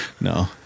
No